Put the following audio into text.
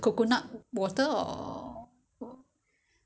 其他的我都有其他的我冰箱里都有